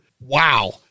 wow